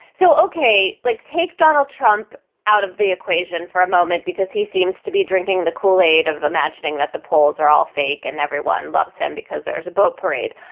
so, okay, like take donald trump out of the equation for a moment, because he seems to be drinking the kool-aid of imagining that the polls are all fake and everyone loves him because there's a boat parade.